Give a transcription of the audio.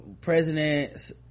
presidents